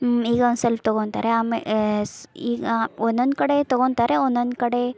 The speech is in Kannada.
ಈಗ ಒಂದು ಸಲ ತೊಗೋತಾರೆ ಆಮೆ ಸ್ ಈಗ ಒಂದೊಂದು ಕಡೆ ತೊಗೋತಾರೆ ಒಂದೊಂದು ಕಡೆ